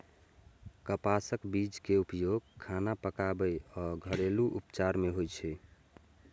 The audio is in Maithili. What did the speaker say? कपासक बीज के उपयोग खाना पकाबै आ घरेलू उपचार मे होइ छै